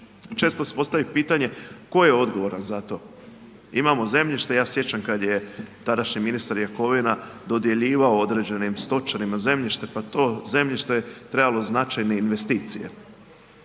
Često se postavi pitanje, tko je odgovoran za to. Imamo zemljište, ja se sjećam kad je tadašnji ministar Jakovina dodjeljivao određenim stočarima zemljište, pa to zemljište je trebalo značajne investicije.